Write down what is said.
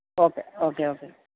okay okay okay